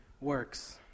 works